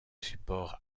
support